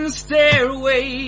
stairway